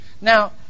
Now